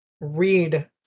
read